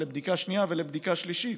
לבדיקה שנייה ולבדיקה שלישית.